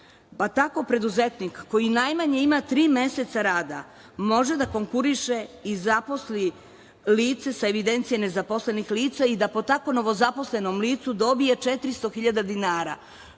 pa tako preduzetnik koji najmanje ima tri meseca rada može da konkuriše i zaposli lice sa evidencije nazaposlenih lica i tako po novozaposlenom licu dobije 400.000 dinara,